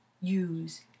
use